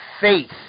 faith